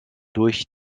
durch